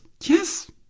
Yes